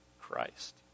Christ